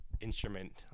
instrument